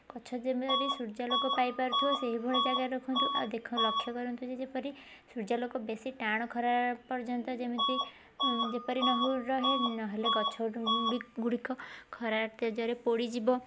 ଗଛ ଯେପରି ସୂର୍ଯ୍ୟାଲୋକ ପାଇ ପାରୁଥିବ ସେଇଭଳି ଜାଗାରେ ରଖନ୍ତୁ ଆଉ ଦେଖ ଲକ୍ଷ୍ୟ କରନ୍ତୁ ଯେ ଯେପରି ସୂର୍ଯ୍ୟାଲୋକ ବେଶୀ ଟାଣ ଖରା ପର୍ଯ୍ୟନ୍ତ ଯେମିତି ଯେପରି ନ ରହେ ନହେଲେ ଗଛ ଗୁଡ଼ିକ ଖରାର ତେଜରେ ପୋଡ଼ିଯିବ